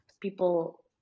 people